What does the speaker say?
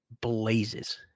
blazes